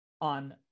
on